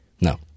No